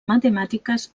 matemàtiques